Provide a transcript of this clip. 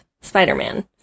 Spider-Man